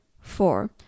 Four